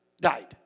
died